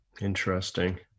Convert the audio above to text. Interesting